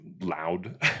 loud